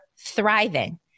thriving